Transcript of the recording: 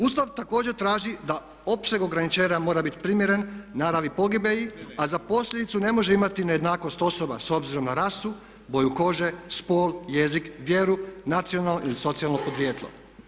Ustav također traži da opseg ograničenja mora biti primjeren naravi pogibelji, a za posljedicu ne može imati nejednakost osoba s obzirom na rasu, boju kože, spol, jezik, vjeru, nacionalno ili socijalno podrijetlo.